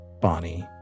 Bonnie